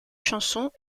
chansons